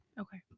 Okay